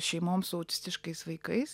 šeimom su autistiškais vaikais